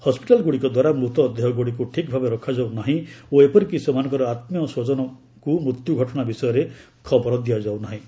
ହସ୍କିଟାଲଗୁଡ଼ିକ ଦ୍ୱାରା ମୃତ ଦେହଗୁଡ଼ିକୁ ଠିକ୍ ଭାବେ ରଖାଯାଉ ନାହିଁ ଓ ଏପରିକି ସେମାନଙ୍କର ଆତ୍ରିୟସ୍ପଜନଙ୍କୁ ମୃତ୍ୟୁ ଘଟଣା ବିଷୟରେ ଖବର ଦିଆଯାଉ ନାହିଁ